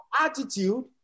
attitude